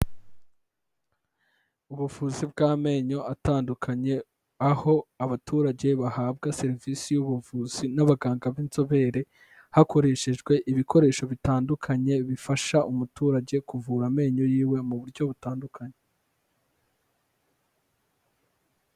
Ubuvuzi bw'amenyo atandukanye aho abaturage bahabwa serivisi y'ubuvuzi n'abaganga b'inzobere, hakoreshejwe ibikoresho bitandukanye bifasha umuturage kuvura amenyo yiwe mu buryo butandukanye.